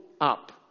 up